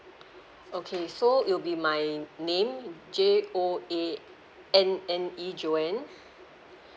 okay so it will be my name J O A N N E joanne